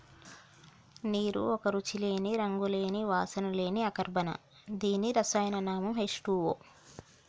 నీరు ఒక రుచి లేని, రంగు లేని, వాసన లేని అకర్బన దీని రసాయన నామం హెచ్ టూవో